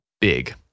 big